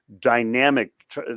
dynamic